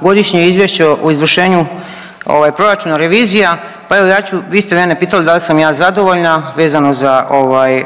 Godišnje izvješće o izvršenju ovaj proračuna, revizija, pa evo ja ću, vi ste mene pitali da li sam ja zadovoljna vezano za ovaj